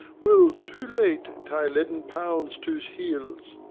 will, too late, tie leaden pounds to's heels.